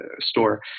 store